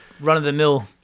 run-of-the-mill